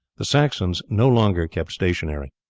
the saxons no longer kept stationary.